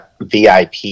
vip